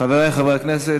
חברי חברי הכנסת,